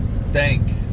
thank